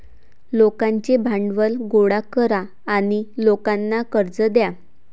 लोकांचे भांडवल गोळा करा आणि लोकांना कर्ज द्या